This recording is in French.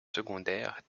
secondaires